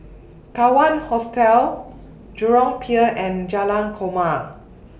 Kawan Hostel Jurong Pier and Jalan Korma